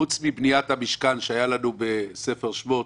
חוץ מבניית המשכן שהיה לנו בספר שמות,